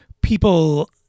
people